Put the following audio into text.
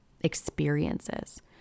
experiences